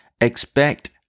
expect